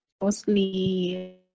mostly